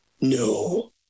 No